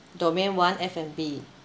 domain one F&B